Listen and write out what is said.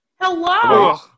Hello